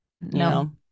no